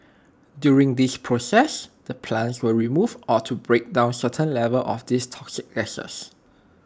during this process the plants will remove or to break down certain levels of these toxic gases